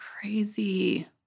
crazy